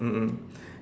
mm mm